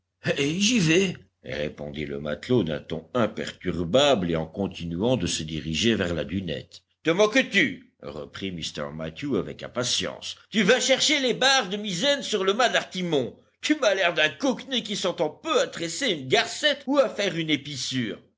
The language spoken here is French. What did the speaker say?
j'y vais répondit le matelot d'un ton imperturbable et en continuant de se diriger vers la dunette te moques-tu reprit mr mathew avec impatience tu vas chercher les barres de misaine sur le mât d'artimon tu m'as l'air d'un cockney qui s'entend peu à tresser une garcette ou à faire une